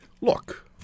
look